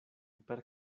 per